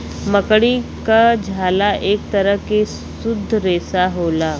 मकड़ी क झाला एक तरह के शुद्ध रेसा होला